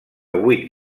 vuit